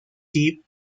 deep